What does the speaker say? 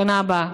בשנה הבאה?